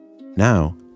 now